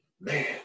man